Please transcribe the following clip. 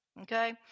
Okay